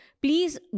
please